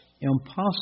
impossible